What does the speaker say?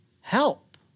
help